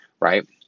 right